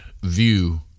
view